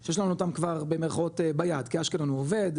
יש לנו אותם כבר "ביד" כי אשקלון הוא עובד,